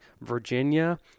Virginia